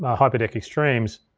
um hyperdeck extremes,